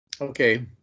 Okay